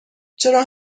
چرا